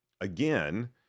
again